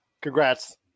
Congrats